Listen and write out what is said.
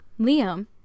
Liam